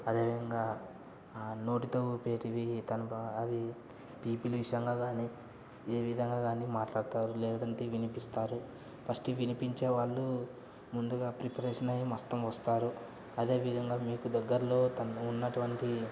అదే విధంగా నోటితో ఉపేవి తనప అవి పీపిలిసంగా కానీ ఏ విధంగా కానీ మాట్లాడతారు లేదంటే వినిపిస్తారు ఫస్ట్ వినిపించే వాళ్ళు ముందుగా ప్రిపరేషన్ అవి మొత్తం వస్తారు అదేవిధంగా మీకు దగ్గరలో ఉన్నటువంటి